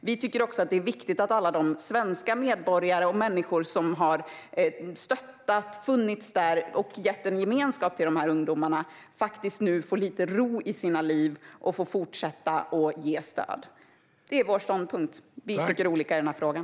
Vi tycker också att det är viktigt att alla de svenska medborgare och andra som har stöttat dem, funnits där och gett en gemenskap till dessa ungdomar nu får lite ro i sina liv och kan fortsätta ge stöd. Det är vår ståndpunkt. Paula Bieler och jag tycker olika i den här frågan.